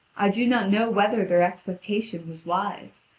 i do not know whether their expectation was wise,